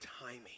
timing